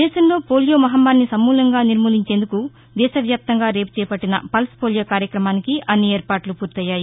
దేశంలో పోలియో మహమ్నారిని సమూలంగా నిర్మూలించేందుకు దేశవ్యాప్తంగా రేపు చేపట్టిన పల్స్ పోలియో కార్యక్రమానికి అన్ని ఏర్పాట్లు పూర్తయ్యాయి